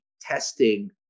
testing